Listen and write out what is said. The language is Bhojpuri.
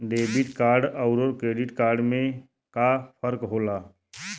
डेबिट कार्ड अउर क्रेडिट कार्ड में का फर्क होला?